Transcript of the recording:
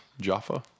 Jaffa